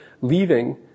leaving